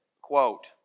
quote